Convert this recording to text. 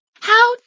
How